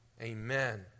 Amen